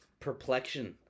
perplexion